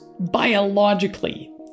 biologically